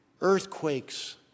earthquakes